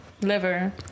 liver